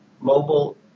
mobile